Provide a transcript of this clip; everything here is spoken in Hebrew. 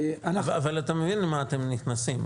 אבל אתה מבין למה אתם נכנסים?